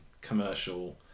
commercial